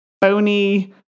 bony